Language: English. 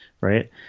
Right